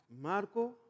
Marco